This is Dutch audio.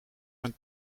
mijn